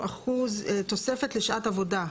אחוז תוספת לשעת עבודה.